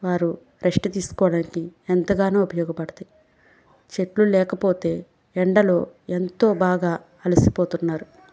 వారు రెస్ట్ తీసుకోవడానికి ఎంతగానో ఉపయోగపడతాయి చెట్లు లేకపోతే ఎండలో ఎంతో బాగా అలసిపోతున్నారు